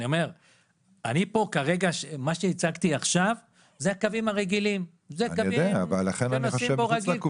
מה שהצגתי עכשיו זה הקווים הרגילים זה קווים שנוסעים בהם רגיל,